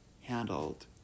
handled